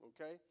okay